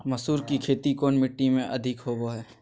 मसूर की खेती कौन मिट्टी में अधीक होबो हाय?